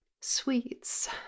sweets